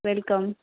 welcome